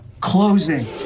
closing